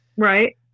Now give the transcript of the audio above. Right